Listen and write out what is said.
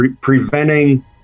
preventing